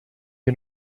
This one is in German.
wir